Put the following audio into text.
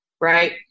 right